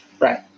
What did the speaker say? Right